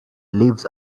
leaves